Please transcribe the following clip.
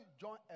join